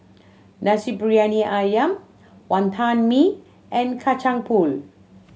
Nasi Briyani Ayam Wantan Mee and Kacang Pool